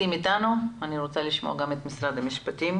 המנכ"ל והנציגים שלנו אמרו את עיקרי הדברים.